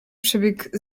przebieg